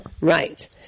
Right